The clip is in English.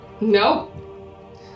Nope